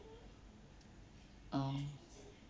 oh